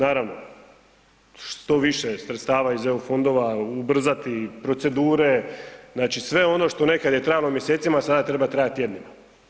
Naravno, što više sredstava iz eu fondova, ubrzati procedure, sve ono što je nekad trajalo mjesecima sada treba trajati tjednima.